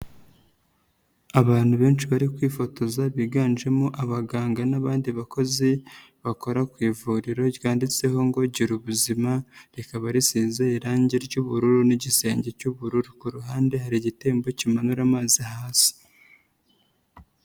Abantu benshi bari kwifotoza biganjemo abaganga n'abandi bakozi bakora ku ivuriro ryanditseho ngo girubuzima, rikaba risize irangi ry'ubururu n'igisenge cy'ubururu, ku ruhande hari igitembo kimanura amazi hasi.